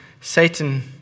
Satan